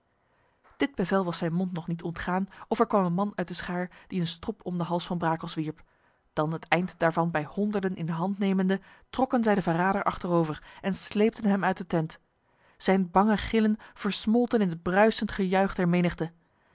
dit bevel was zijn mond nog niet ontgaan of er kwam een man uit de schaar die een strop om de hals van brakels wierp dan het eind daarvan bij honderden in de hand nemende trokken zij de verrader achterover en sleepten hem uit de tent zijn bange gillen versmolten in het bruisend gejuich der menigte